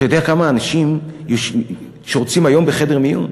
אתה יודע כמה זמן אנשים שורצים היום בחדר מיון?